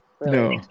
No